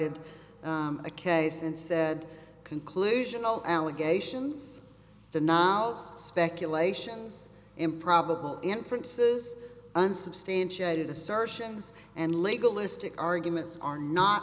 sided a case and said conclusion all allegations the now speculations improbable inferences unsubstantiated assertions and legalistic arguments are not